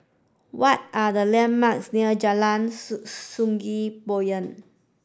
what are the landmarks near Jalan Sungei Poyan